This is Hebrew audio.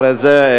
נמצא,